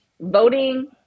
voting